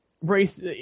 race